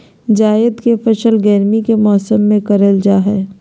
जायद के फसल गर्मी के मौसम में करल जा हइ